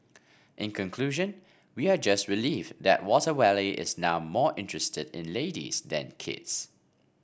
in conclusion we are just relieved that Water Wally is now more interested in ladies than kids